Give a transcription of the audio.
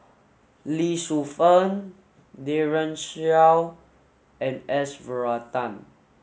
Lee Shu Fen Daren Shiau and S Varathan